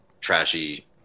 trashy